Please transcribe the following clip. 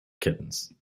kittens